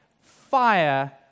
fire